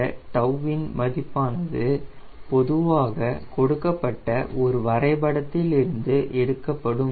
இந்த 𝜏 இன் மதிப்பானது பொதுவாக கொடுக்கப்பட்ட ஒரு வரைபடத்தில் இருந்து எடுக்கப்படும்